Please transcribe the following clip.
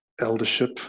eldership